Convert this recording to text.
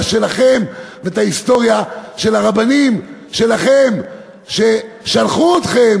שלכם ואת ההיסטוריה של הרבנים שלכם ששלחו אתכם